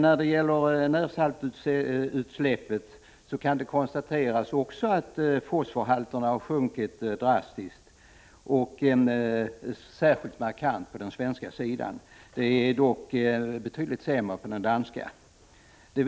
När det gäller närsaltsutsläppet kan det konstateras att fosforhalterna sjunkit drastiskt, särskilt markant på den svenska sidan. Situationen är dock betydligt sämre på den danska sidan.